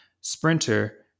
sprinter